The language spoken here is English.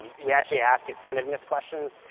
we actually ask attentiveness questions.